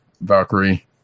Valkyrie